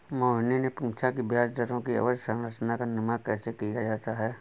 मोहिनी ने पूछा कि ब्याज दरों की अवधि संरचना का निर्माण कैसे किया जाता है?